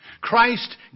Christ